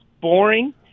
boring